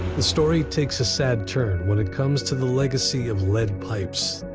the story takes a sad turn when it comes to the legacy of lead pipes.